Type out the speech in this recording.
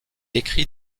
écrit